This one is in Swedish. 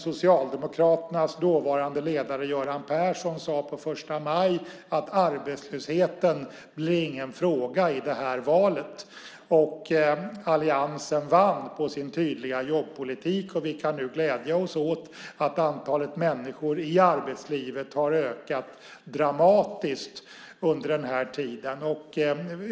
Socialdemokraternas dåvarande ledare Göran Persson sade på första maj att arbetslösheten inte blir någon fråga i valet. Alliansen vann på sin tydliga jobbpolitik. Vi kan nu glädja oss åt att antalet människor i arbetslivet har ökat dramatiskt under den här tiden.